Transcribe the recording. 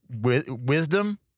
wisdom